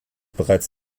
bereits